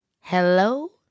Hello